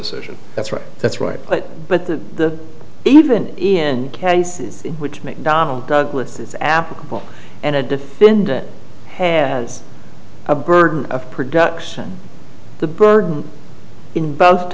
decision that's right that's right but but the even in cases in which mcdonnell douglas is applicable and a defendant has a burden of production the burden in both